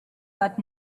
that